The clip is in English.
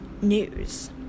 news